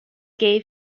gay